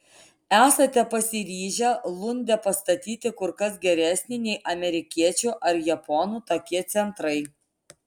esate pasiryžę lunde pastatyti kur kas geresnį nei amerikiečių ar japonų tokie centrai